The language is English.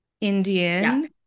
Indian